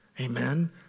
Amen